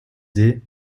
des